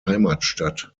heimatstadt